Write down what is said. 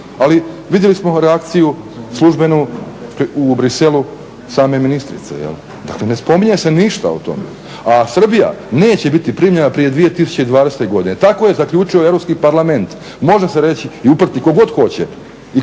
Ali vidjeli smo reakciju službenu u Bruxellesu same ministrice, dakle ne spominje se ništa o tome. A Srbija neće biti primljena prije 2020.godine tako je zaključio EU parlament. Može se reći u uprti ko god hoće